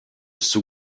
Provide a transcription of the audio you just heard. sous